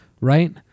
Right